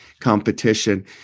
competition